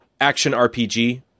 Action-RPG